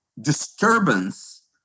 disturbance